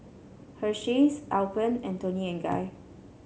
Hersheys Alpen and Toni and Guy